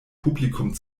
publikum